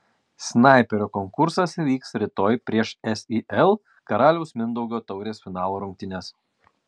snaiperio konkursas vyks rytoj prieš sil karaliaus mindaugo taurės finalo rungtynes